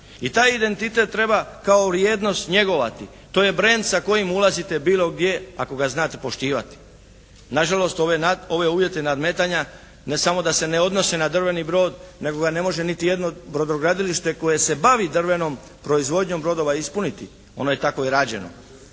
i taj identitet treba kao vrijednost njegovati. To je brend sa kojim ulazite bilo gdje ako ga znate poštivati. Na žalost ove uvjete nadmetanja ne samo da se ne odnose na drveni brod, nego ga ne može niti jedno brodogradilište koje se bavi drvenom proizvodnjom brodova ispuniti. Ono je tako i rađeno.